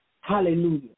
Hallelujah